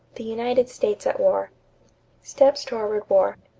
the united states at war steps toward war.